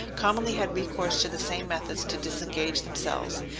commonly had recourse to the same methods to disengage themselves,